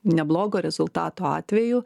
neblogo rezultato atveju